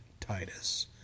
Titus